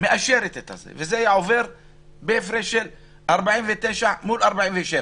מאשרת את ההצעה וזה היה עובר ברוב של 49 לעומת 47